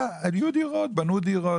בנו דירות.